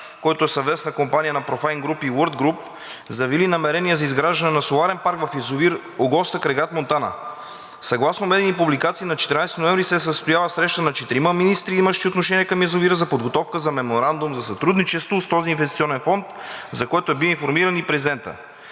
който е съвместна компания на Profine Group и Wirth Group, заявили намерение за изграждане на соларен парк в язовир „Огоста“ край град Монтана. Съгласно медийни публикации на 14 ноември 2022 г. се е състояла среща на четирима български министри, имащи отношение към язовира, за подготовка на Меморандум за сътрудничество с този инвестиционен фонд, за което е бил информиран и президентът.